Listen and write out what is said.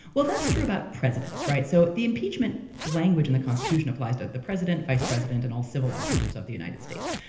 well that's true about presidents. right, so the impeachment language in the constitution applies to the president, vice president and all civil officers of the united states.